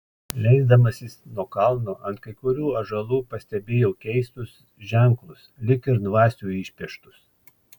leisdamasis nuo kalno ant kai kurių ąžuolų pastebėjau keistus ženklus lyg ir dvasių išpieštus